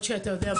למרות שאתה יודע,